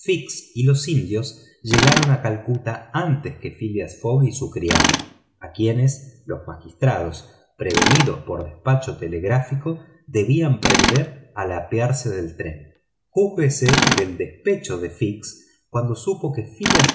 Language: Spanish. y los indios llegaron a calcuta antes que phileas fogg y su criado a quienes los magistrados prevenidos por despacho telegráfico debían prender al apearse del tren júzguese el despecho de fix cuando supo que phileas